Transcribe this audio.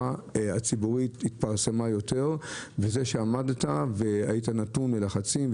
הציבורי התפרסם יותר בזה שעמדת והיית נתון ללחצים,